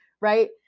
right